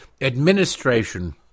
administration